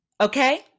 Okay